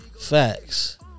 Facts